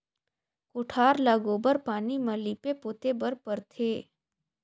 कोठार ल गोबर पानी म लीपे पोते बर परथे